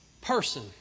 person